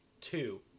two